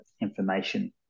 information